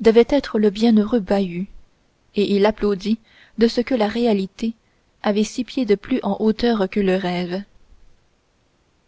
devait être le bienheureux bahut et il s'applaudit de ce que la réalité avait six pieds de plus en hauteur que le rêve